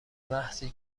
محضی